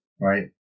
right